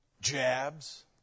jabs